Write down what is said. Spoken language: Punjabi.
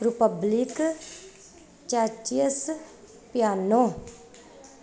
ਰਿਪਬਲਿਕ ਚਾਚੂਅਸ ਪਿਆਨੋ